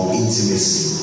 intimacy